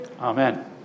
Amen